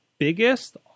biggest